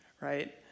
right